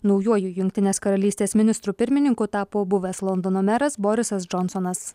naujuoju jungtinės karalystės ministru pirmininku tapo buvęs londono meras borisas džonsonas